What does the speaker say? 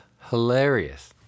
hilarious